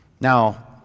Now